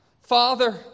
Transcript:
Father